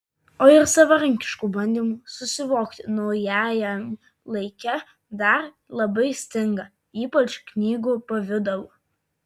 o ir savarankiškų bandymų susivokti naujajam laike dar labai stinga ypač knygų pavidalu